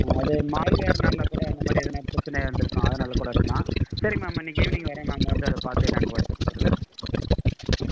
அது மால்வேர்னால் கூட அந்த மாதிரி எதுனா பிரச்சனையாக இருந்திருக்கும் அதனால் கூட இருக்கலாம் சரி மேம் இன்னைக்கி ஈவ்னிங் வரேன் மேம் வந்து அதை பார்த்து என்னான்னு போட்டு கொடுத்துறேன் மேம் ம்